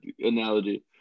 analogy